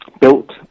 Built